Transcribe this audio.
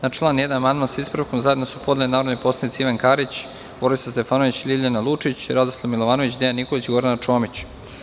Na član 1. amandman, sa ispravkom, zajedno su podneli narodni poslanici Ivan Karić, Borislav Stefanović, Ljiljana Lučić, Radoslav Milovanović, Dejan Nikolić i Gordana Čomić.